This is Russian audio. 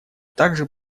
также